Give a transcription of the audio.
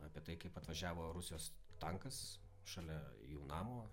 apie tai kaip atvažiavo rusijos tankas šalia jų namo